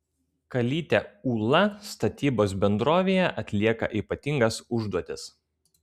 kalytė ūla statybos bendrovėje atlieka ypatingas užduotis